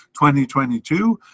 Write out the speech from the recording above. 2022